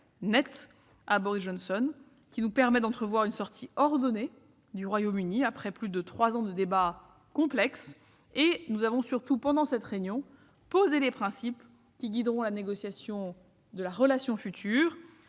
de Boris Johnson nous permet d'entrevoir une sortie ordonnée du Royaume-Uni après plus de trois ans de débats complexes. Nous avons surtout, pendant cette réunion, posé les principes qui guideront la négociation de la relation future